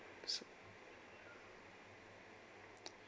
so